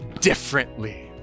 differently